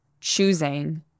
choosing